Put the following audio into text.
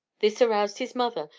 this aroused his mother,